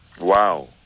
Wow